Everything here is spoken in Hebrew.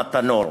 וזה חם מהתנור,